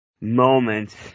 moments